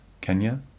Kenya